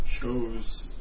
shows